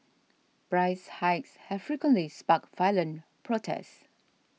price hikes have frequently sparked violent protests